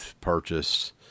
purchased